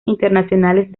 internacionales